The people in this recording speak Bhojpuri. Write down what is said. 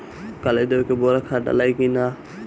कली देवे के बेरा खाद डालाई कि न?